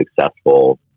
successful